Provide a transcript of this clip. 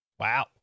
Wow